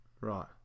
Right